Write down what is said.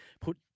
put